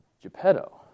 Geppetto